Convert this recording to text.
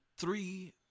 three